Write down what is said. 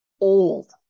old